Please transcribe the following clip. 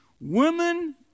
Women